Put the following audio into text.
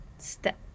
Step